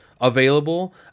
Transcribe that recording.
available